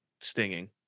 stinging